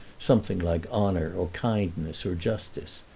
something like honour or kindness or justice,